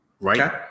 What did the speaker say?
right